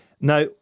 Now